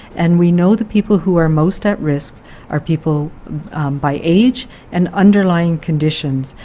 and we know the people who are most at risk are people by age and underlying conditions.